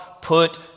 put